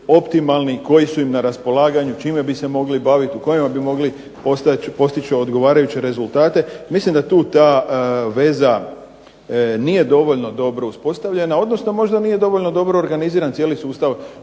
koji su im na raspolaganju, čime bi se mogli baviti u kojima bi mogli postići odgovarajuće rezultate. Mislim da tu ta veza nije dovoljno dobro uspostavljena odnosno možda nije dobro organiziran cijeli sustav